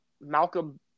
Malcolm